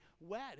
wet